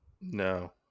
No